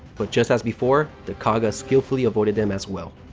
but just as before, the kaga skillfully avoided them, as well.